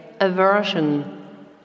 aversion